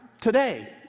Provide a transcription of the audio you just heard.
today